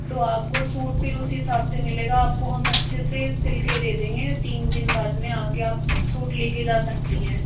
तो आपको सूट फ़िर उस ही हिसाब से मिलेगा आपको हम अच्छे से सिल के दे देंगे तीन दिन बाद में आके आप सूट लेकर जा सकती हैं